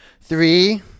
Three